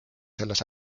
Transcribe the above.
selles